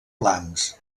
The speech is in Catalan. blancs